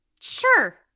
sure